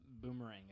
Boomerang